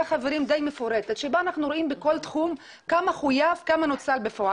די מפורטת שבה אנחנו רואים בכל תחום כמה חויב וכמה נוצל בפועל.